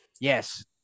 yes